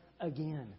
again